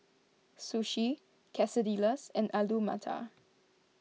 Sushi Quesadillas and Alu Matar